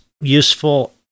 useful